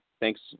thanks